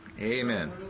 Amen